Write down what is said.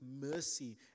mercy